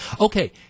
Okay